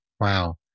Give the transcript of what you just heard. Wow